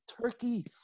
Turkey